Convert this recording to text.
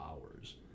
hours